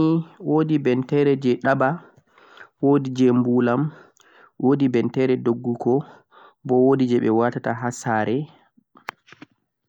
bentere nei woodi bentare jee dhaba, woodi jee buulam, woodi bentere dogguko boo wo jee watataa haa saare.